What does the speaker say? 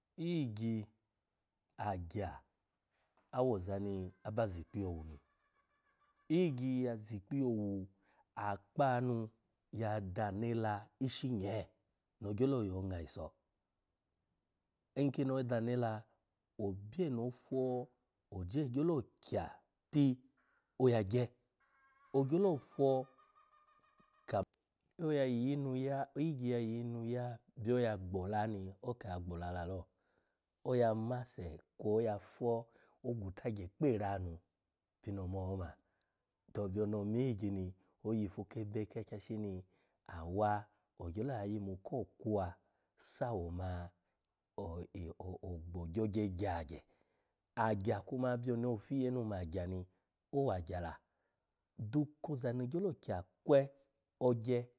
Iyigyi, agya awoza ni aba zi ikpiye owu ni. Iyigyi ya zi ikpiye owu akpaha nu ya danu ela ishi nyeeni ogyolo yo nga iso. Nkini odanu ela obye no opwoje kya ti oya gye ogyolo pwo oya yi iyi nu ya iyigyi byo oya gbola ni oke ya gbola lalo, oya mase kwo oya pwo ogwutagye kpe era nu pini omo ma to byono omi iyigyi ni oyifu kebe ki ikyashi ni awa ogyolo ya yimu ko kwuwa sawo ma i-o ogbo gyogye gya agya. Agya kuma byoni ofiye nu ma agya ni owa agya la dan koza ni gyelo kya kwe oya gye.